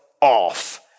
off